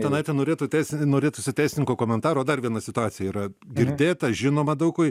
tanaiti norėtų teisi norėtųsi teisininko komentaro dar viena situacija yra girdėta žinoma daug kuj